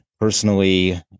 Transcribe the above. Personally